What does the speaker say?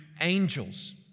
angels